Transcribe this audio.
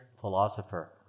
philosopher